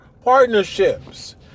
partnerships